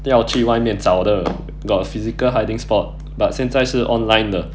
都要去外面找的 got physical hiding spot but 现在是 online 的